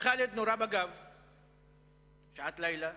ח'אלד נורה בגב בשעת לילה.